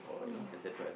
uh